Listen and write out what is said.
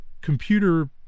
computer